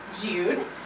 Jude